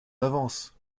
avance